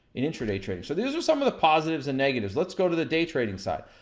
in intraday trading. so these are some of the positives and negatives. let's go to the day trading side.